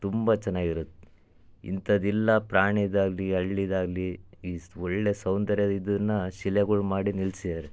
ತುಂಬ ಚೆನ್ನಾಗಿರುತ್ತೆ ಇಂಥದ್ದಿಲ್ಲ ಪ್ರಾಣಿದಾಗಲಿ ಹಳ್ಳಿದಾಗ್ಲಿ ಈ ಸ್ ಒಳ್ಳೆಯ ಸೌಂದರ್ಯ ಇದನ್ನ ಶಿಲೆಗಳು ಮಾಡಿ ನಿಲ್ಸಿದಾರೆ